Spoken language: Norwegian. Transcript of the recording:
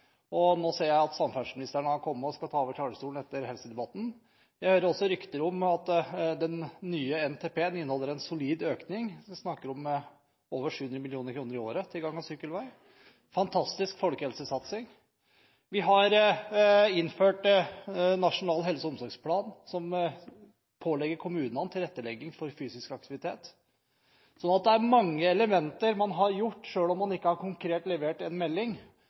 og sykkelveier – nå ser jeg at samferdselsministeren skal ta over etter helsedebatten. Jeg hører også rykter om at den nye NTP-en inneholder en solid økning, man snakker om over 700 mill. kr i året til gang- og sykkelvei – fantastisk folkehelsesatsing. Vi har innført en nasjonal helse- og omsorgsplan som pålegger kommunene å tilrettelegge for fysisk aktivitet. Så det er mange elementer her, selv om man ikke konkret har levert en melding.